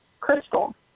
crystal